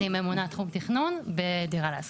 אני ממונה תחום תכנון בדירה להשכיר.